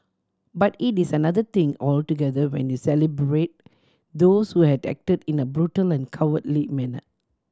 but it is another thing altogether when you celebrate those who had acted in a brutal and cowardly manner